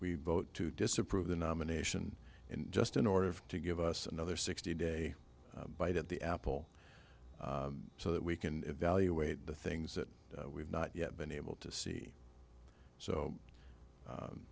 we vote to disapprove the nomination just in order to give us another sixty day bite at the apple so that we can evaluate the things that we've not yet been able to see so